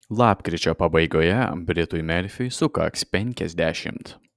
lapkričio pabaigoje britui merfiui sukaks penkiasdešimt